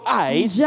eyes